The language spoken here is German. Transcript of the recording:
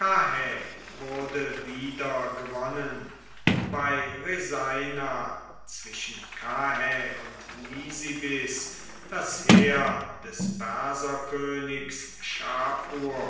wurde wieder gewonnen bei resaina zwischen karrhä und nisibis das heer des perserkönigs